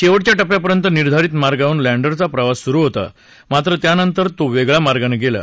शेवटच्या टप्प्यापर्यंत निर्धारित मार्गावरुन लँडरचा प्रवास सुरु होता मात्र त्यानंतर तो वेगळया मार्गाने गेला